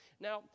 Now